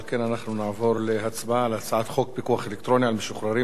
על כן אנחנו נעבור להצבעה על הצעת חוק פיקוח אלקטרוני על משוחררים